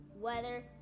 weather